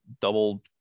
double